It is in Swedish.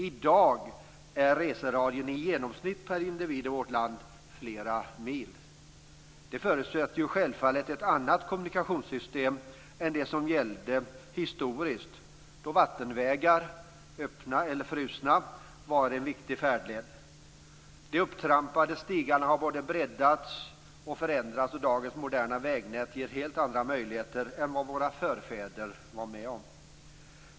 I dag är reseradien i genomsnitt per individ i vårt land flera mil. Det förutsätter självfallet ett annat kommunikationssystem än det som gällde historiskt då vattenvägar, öppna eller frusna, var en viktig färdled. De upptrampade stigarna har både breddats och förändrats, och dagens moderna vägnät ger helt andra möjligheter än vad våra förfäder var med om.